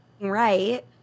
right